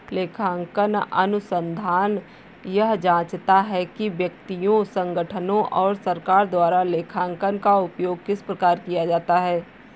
लेखांकन अनुसंधान यह जाँचता है कि व्यक्तियों संगठनों और सरकार द्वारा लेखांकन का उपयोग किस प्रकार किया जाता है